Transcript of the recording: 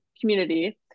community